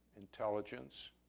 intelligence